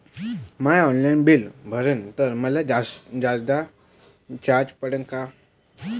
म्या online bill भरलं तर मले जादा चार्ज पडन का?